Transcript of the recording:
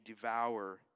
devour